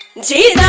jail